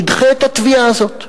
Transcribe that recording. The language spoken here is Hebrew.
נדחה את התביעה הזאת.